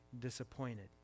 disappointed